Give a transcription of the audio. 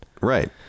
right